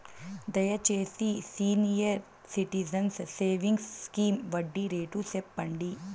దయచేసి senior citizens savings scheme వడ్డీ rate సెప్పండి